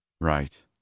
Right